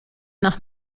nach